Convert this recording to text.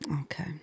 Okay